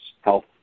health